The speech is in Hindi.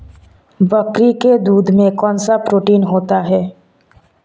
बकरी के दूध में कौनसा प्रोटीन होता है?